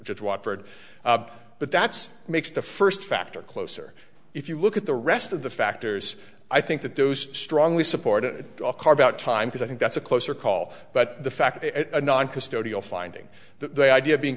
just want for it but that's makes the first factor closer if you look at the rest of the factors i think that those strongly supported carve out time because i think that's a closer call but the fact noncustodial finding the idea of being